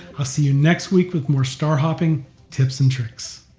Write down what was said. i'll see you next week with more star hopping tips and tricks.